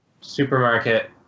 supermarket